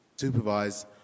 supervise